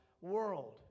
world